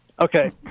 Okay